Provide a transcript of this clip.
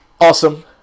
Awesome